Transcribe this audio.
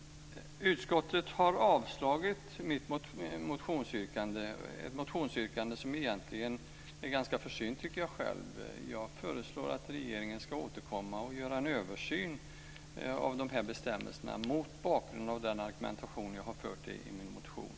Utskottet har avstyrkt mitt motionsyrkande, som jag själv egentligen tycker är ganska försynt. Jag föreslår att regeringen ska återkomma med en översyn av bestämmelserna mot bakgrund av den argumentation jag har fört fram i min motion.